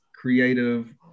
creative